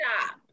stop